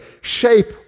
shape